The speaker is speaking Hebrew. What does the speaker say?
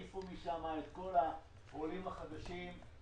העיפו משם את כל העולים האתיופים.